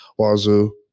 Wazoo